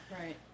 Right